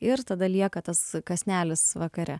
ir tada lieka tas kąsnelis vakare